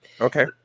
Okay